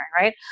Right